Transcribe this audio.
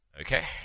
Okay